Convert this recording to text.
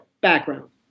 background